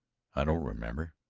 i don't remember,